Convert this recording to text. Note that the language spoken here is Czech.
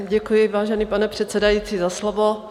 Děkuji, vážený pane předsedající, za slovo.